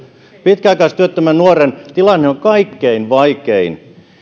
pitkäaikaistyöttömän nuoren tilanne on kaikkein vaikein